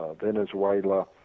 Venezuela